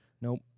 Nope